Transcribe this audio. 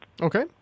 Okay